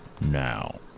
Now